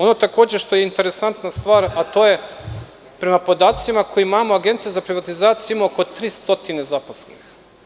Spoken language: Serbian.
Ono što je takođe interesantna stvar, a to je prema podacima koje imamo, Agencija za privatizaciju ima oko 300 zaposlenih.